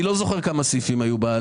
אני לא זוכר כמה סעיפים היו בה,